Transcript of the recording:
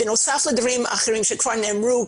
בנוסף לדברים אחרים שכבר נאמרו,